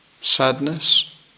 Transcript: sadness